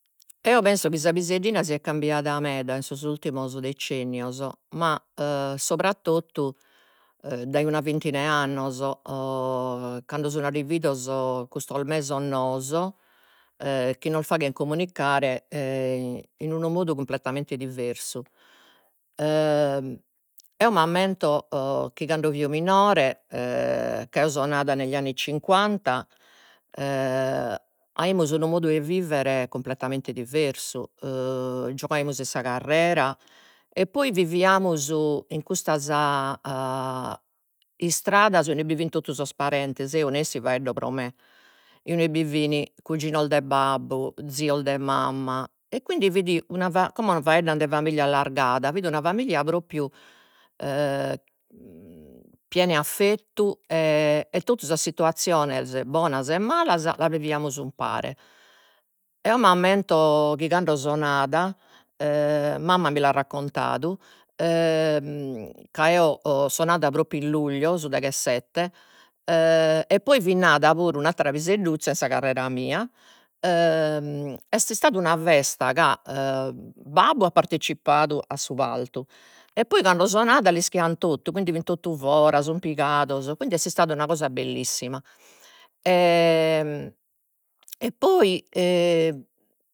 Eo penso chi sa piseddina siat cambiada meda in sos ultimos decennios ma subrattotu dai una vintina 'e annos cando sun arrividos custos mesos noos chi nos faghen comunicare in unu modu cumpletamente diversu, eo m'ammento chi cando fio minore ca eo so nada negli anni cinquanta aimus unu modu 'e vivere cumpletamente diversu giogaimus in sa carrera, e poi viviamus in custas istradas inue bi fin totu sos parentes, eo nessi faeddo pro me, inue bi fin cuginos de babbu, zios de mamma, e quindi fit una fa como faeddan de familia allargada, fit una familia propriu piena 'e affettu e e totu sas situaziones bonas e malas las viviamus umpare. Eo m'ammento chi cando so nada mamma mi l'at raccontadu, ca eo o so nada propriu in luglio, su deghesette, e poi fit nada puru un'attera pisedduzza in sa carrera mia est istada una festa ca babbu at partizzipadu a su partu e poi cando so nada l'ischian totu, quindi fin totu fora, sun pigados, quindi est istada una cosa bellissima poi